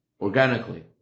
organically